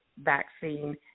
vaccine